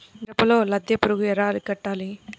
మిరపలో లద్దె పురుగు ఎలా అరికట్టాలి?